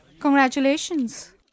Congratulations